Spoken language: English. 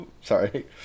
Sorry